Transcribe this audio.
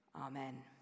Amen